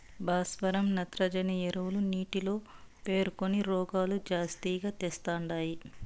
భాస్వరం నత్రజని ఎరువులు నీటిలో పేరుకొని రోగాలు జాస్తిగా తెస్తండాయి